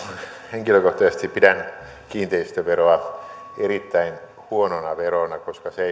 henkilökohtaisesti pidän kiinteistöveroa erittäin huonona verona koska se